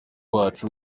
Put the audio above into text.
wacu